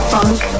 Funk